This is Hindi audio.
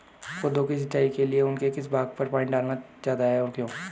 पौधों की सिंचाई के लिए उनके किस भाग पर पानी डाला जाता है और क्यों?